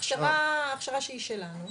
הכשרה שהיא שלנו.